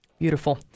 Beautiful